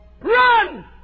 Run